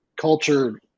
culture